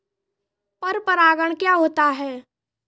पर परागण क्या होता है?